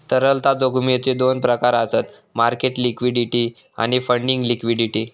तरलता जोखमीचो दोन प्रकार आसत मार्केट लिक्विडिटी आणि फंडिंग लिक्विडिटी